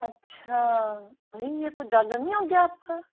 अच्छा भई ये कुछ ज़्यादा नहीं हो गया आप का